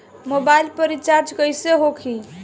Mobile पर recharge कैसे होखी?